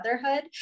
motherhood